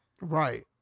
Right